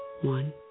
One